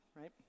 right